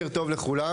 צוהריים טובים לכולם.